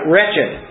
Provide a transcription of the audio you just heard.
Wretched